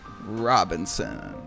Robinson